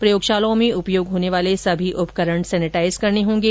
प्रयोगशालाओं में उपयोग होने वाले सभी उपकरण सैनेटाइज करने होंगे